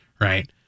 right